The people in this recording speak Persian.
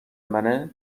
منه